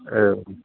एवम्